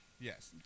Yes